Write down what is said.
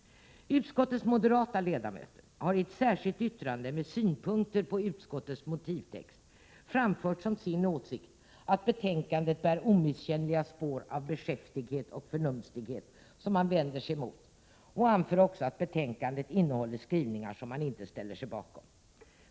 Utskottets moderata ledamöter har i ett särskilt yttrande med synpunkter på utskottets motivtext framfört som sin åsikt att betänkandet bär omisskännliga spår av beskäftighet och förnumstighet, som man vänder sig mot, och har anfört att betänkandet innehåller skrivningar, som man inte ställer sig bakom.